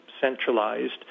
centralized